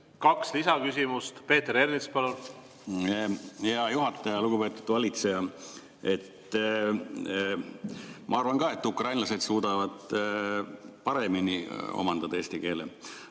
kaks lisaküsimust. Peeter Ernits, palun! Hea juhataja! Lugupeetud valitseja! Ma arvan ka, et ukrainlased suudavad eesti keele